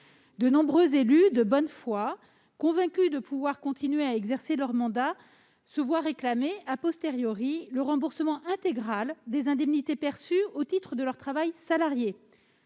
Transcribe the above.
De nombreux élus, de bonne foi, convaincus de pouvoir continuer à exercer leur mandat, se voient réclamer le remboursement intégral des indemnités perçues au titre de leur travail salarié